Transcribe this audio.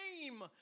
name